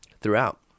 Throughout